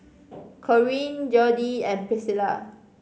Corene Jodie and Priscila